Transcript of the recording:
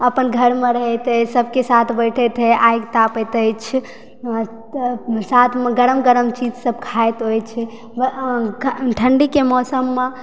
अपन घरमे रहैत अछि सभकेँ साथ बैठैत हय आगि तापैत अछि साथमे गरम गरम चीजसभ खाइत अछि ठण्डीके मौसममे